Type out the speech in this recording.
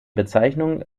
bezeichnung